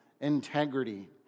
integrity